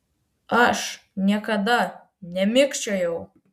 aš niekada nemikčiojau